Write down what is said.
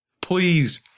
Please